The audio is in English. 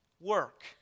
work